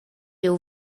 jeu